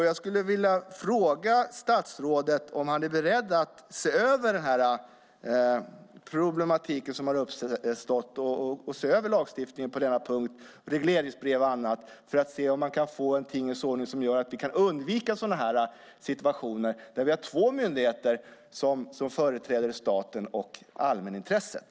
Jag skulle vilja fråga statsrådet om han är beredd att se på den problematik som uppstått och se över lagstiftningen på denna punkt, när det gäller regleringsbrev och annat, för att se om vi kan få en tingens ordning som gör att vi undviker situationer där två myndigheter företräder staten och allmänintresset.